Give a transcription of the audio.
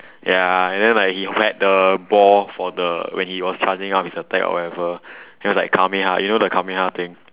ya and then like he w~ had the ball for the when he was charging up his attack or whatever he was like kameha you know the kameha thing